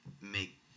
make